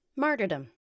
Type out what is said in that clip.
Martyrdom